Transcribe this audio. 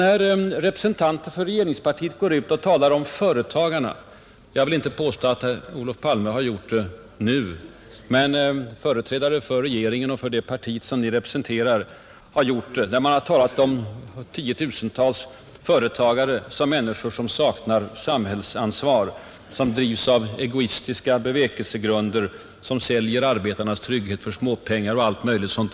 När representanter för regeringspartiet går ut och talar om 10 000-tals företagare — jag vill inte påstå att Olof Palme gjort det nu, men företrädare för regeringen och det parti Ni representerar har gjort det — som människor som saknar samhällsansvar, som drivs av egoistiska bevekelsegrunder, som säljer arbetarnas trygghet för småpengar och allt möjligt sådant.